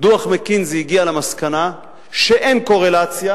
דוח "מקינזי" הגיע למסקנה שאין קורלציה